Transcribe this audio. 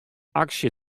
aksje